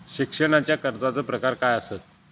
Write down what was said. शिक्षणाच्या कर्जाचो प्रकार काय आसत?